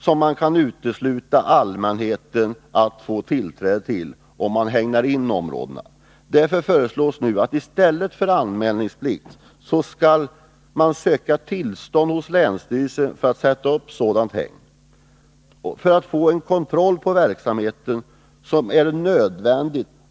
som allmänheten utestängs från. Därför föreslås nu att den som vill sätta upp ett vilthägn skall söka tillstånd hos länsstyrelsen. Det är helt enkelt nödvändigt att så sker för att få kontroll på verksamheten.